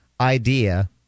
idea